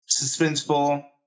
suspenseful